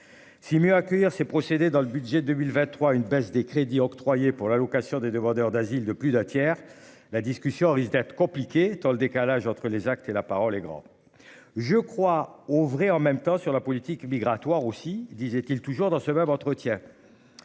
Si mieux accueillir ces procédés dans le budget 2023, une baisse des crédits octroyés pour la location des demandeurs d'asile de plus d'un tiers la discussion risque d'être compliqué, tant le décalage entre les actes et la parole est grand. Je crois ouvrez en même temps sur la politique migratoire aussi disait-il toujours dans ce même entretien.